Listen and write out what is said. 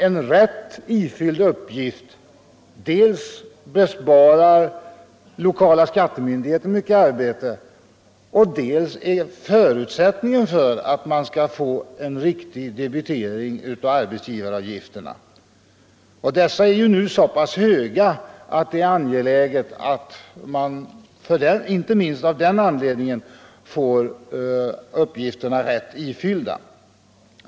En riktigt ifylld blankett besparar ju lokala skattemyndigheten mycket arbete och är vidare en förutsättning för att man skall få en riktig debitering av arbetsgivaravgifterna. Dessa är ju nu så pass höga att det är angeläget att man inte minst av den anledningen får blanketterna riktigt ifyllda.